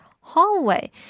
hallway